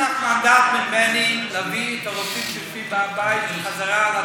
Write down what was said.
יש לך מנדט ממני להביא את הרופאים שיושבים בבית חזרה להדסה.